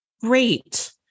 Great